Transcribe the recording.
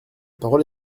parole